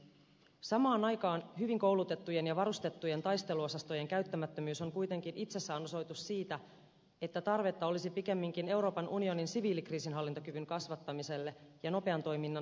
samaan aikaan hyvin koulutettujen ja varustettujen taisteluosastojen käyttämättömyys on kuitenkin itsessään osoitus siitä että tarvetta olisi pikemminkin euroopan unionin siviilikriisinhallintakyvyn kasvattamiselle ja nopean toiminnan siviilijoukoille